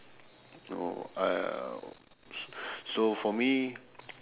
oh uh so for me